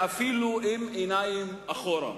ואפילו עם עיניים אחורה.